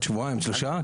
עוד שבועיים או שלושה.